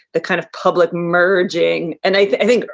the kind of public merging. and i think,